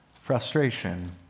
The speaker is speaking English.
frustration